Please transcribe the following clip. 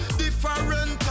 different